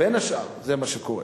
בין השאר, זה מה שקורה.